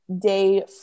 day